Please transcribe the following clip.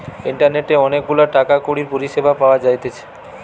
ইন্টারনেটে অনেক গুলা টাকা কড়ির পরিষেবা পাওয়া যাইতেছে